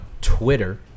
Twitter